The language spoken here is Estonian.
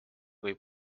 kui